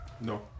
No